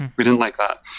we didn't like that.